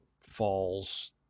falls